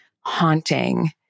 haunting